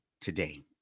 today